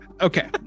okay